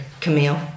Camille